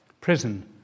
Prison